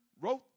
wrote